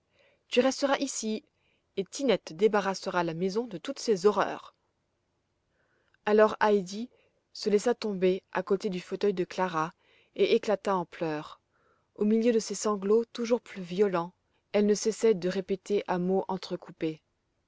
tu resteras ici et tinette débarrassera la maison de toutes ces horreurs alors heidi se laissa tomber à côté du fauteuil de clara et éclata en pleurs au milieu de ses sanglots toujours plus violents elle ne cessait de répéter à mots entrecoupés